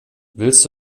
willst